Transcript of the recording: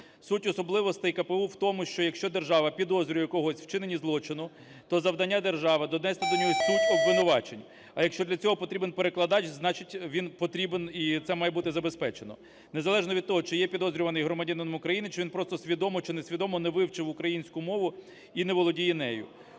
Суть особливостей КПУ в тому, що якщо держава підозрює когось у вчиненні злочину, то завдання держави донести до нього суть обвинувачень. А якщо для цього потрібен перекладач, значить, він потрібен, і це має бути забезпечено. Незалежно від того, чи є підозрюваний громадянином України, чи він просто свідомо чи несвідомо не вивчив українську мову і не володіє нею.